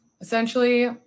Essentially